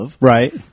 Right